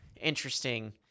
interesting